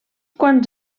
quants